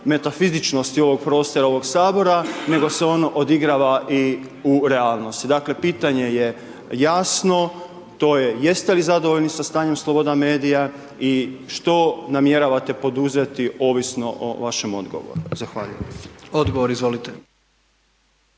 metafizičnosti ovog prostora i ovog Sabora nego se ono odigrava i u realnosti, dakle pitanje je jasno, to je, jeste li zadovoljni sa stanjem sloboda medija i što namjeravate poduzeti ovisno o vašem odgovoru. Zahvaljujem. **Jandroković,